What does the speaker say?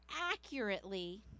accurately